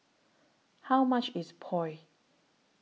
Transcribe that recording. How much IS Pho